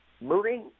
moving